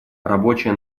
рабочая